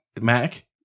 Mac